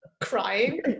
crying